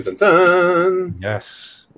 yes